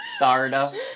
Sarda